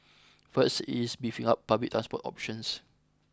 first it is beefing up public transport options